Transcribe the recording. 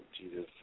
Jesus